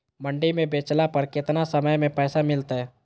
मंडी में बेचला पर कितना समय में पैसा मिलतैय?